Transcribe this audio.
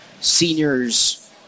seniors